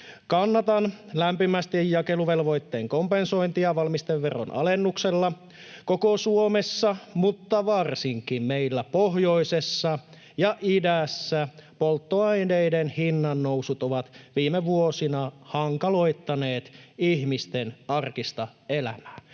Kannatan lämpimästi jakeluvelvoitteen kompensointia valmisteveron alennuksella koko Suomessa, mutta varsinkin meillä pohjoisessa ja idässä polttoaineiden hinnannousut ovat viime vuosina hankaloittaneet ihmisten arkista elämää.